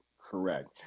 Correct